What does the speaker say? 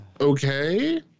Okay